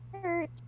hurt